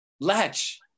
Latch